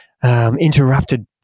Interrupted